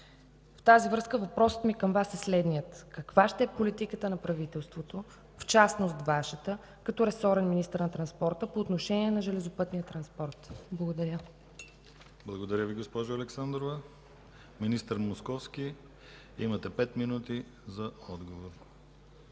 В тази връзка въпросът ми към Вас е следният: каква ще е политиката на правителството, в частност – Вашата, като ресорен министър на транспорта, по отношение на железопътния транспорт? Благодаря. ПРЕДСЕДАТЕЛ ДИМИТЪР ГЛАВЧЕВ: Благодаря Ви, госпожо Александрова. Министър Московски, имате пет минути за отговор.